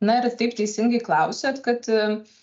na ir taip teisingai klausiat kad